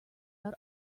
out